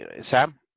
sam